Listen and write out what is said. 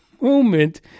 moment